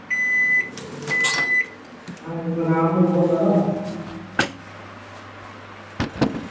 हां जी मैं रामु बोल्ला दा